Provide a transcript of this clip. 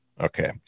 Okay